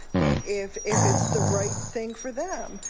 if if it's the right thing for them.